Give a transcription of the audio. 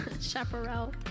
Chaparral